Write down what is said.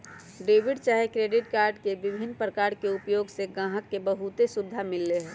debit चाहे credit card के विभिन्न प्रकार के उपयोग से गाहक के बहुते सुभिधा मिललै ह